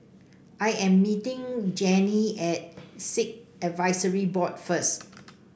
I am meeting Janey at Sikh Advisory Board first